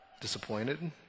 disappointed